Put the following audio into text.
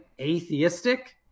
atheistic